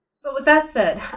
so with that said,